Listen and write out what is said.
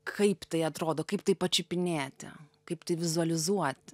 kaip tai atrodo kaip tai pačiupinėti kaip tu vizualizuoti